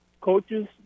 coaches